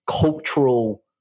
cultural